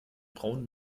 braunen